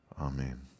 Amen